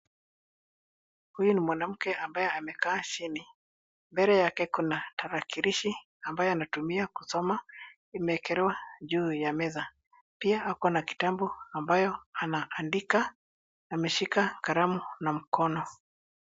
Huyu ni mwanamke ambaye amekaa chini. Mele yake kuna tarakilishi ambaye anatumia kusoma imewekelewa juu ya meza. Pia akona kitabu ambayoanaandika, ameshika kalamu na mkono.